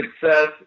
success